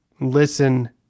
listen